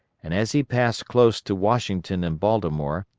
and as he passed close to washington and baltimore,